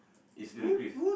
is Ludacris